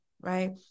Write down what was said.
right